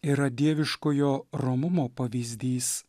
yra dieviškojo romumo pavyzdys